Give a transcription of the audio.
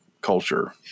culture